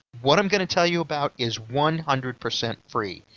what i'm going to tell you about is one hundred percent free.